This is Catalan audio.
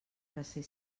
recer